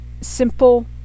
simple